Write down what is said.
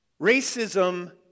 Racism